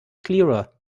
clearer